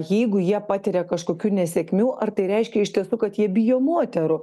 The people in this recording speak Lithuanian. jeigu jie patiria kažkokių nesėkmių ar tai reiškia iš tiesų kad jie bijo moterų